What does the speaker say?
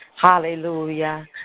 Hallelujah